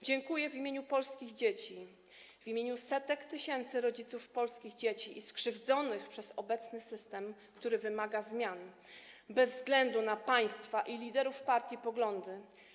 Dziękuję w imieniu polskich dzieci, w imieniu setek tysięcy rodziców polskich dzieci skrzywdzonych przez obecny system, który wymaga zmian bez względu na państwa i liderów partii poglądy.